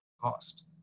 cost